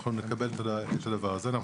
נקבל את הדבר הזה.